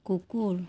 কুকুৰ